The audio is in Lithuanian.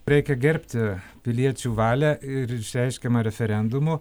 reikia gerbti piliečių valią ir išreiškiamą referendumu